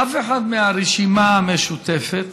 אף אחד מהרשימה המשותפת